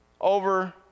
over